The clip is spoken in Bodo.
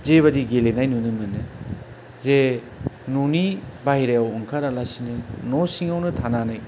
जेबादि गेलेनाय नुनो मोनो जे न'नि बाहेरायाव ओंखारालासिनो न' सिङावनो थानानै